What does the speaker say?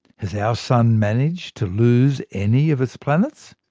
has our sun managed to lose any of its planets?